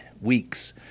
weeks